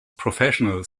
professional